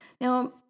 Now